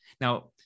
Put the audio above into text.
now